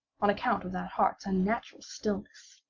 on account of that heart's unnatural stillness.